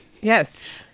Yes